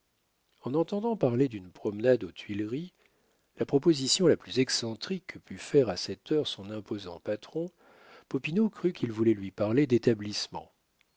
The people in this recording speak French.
en entendant parler d'une promenade aux tuileries la proposition la plus excentrique que pût faire à cette heure son imposant patron popinot crut qu'il voulait lui parler